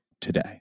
today